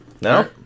No